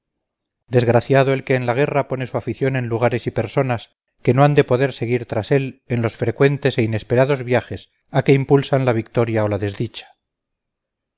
desgraciado el que en la guerra pone su afición en lugares y personas que no han de poder seguir tras él en los frecuentes e inesperados viajes a que impulsan la victoria o la desdicha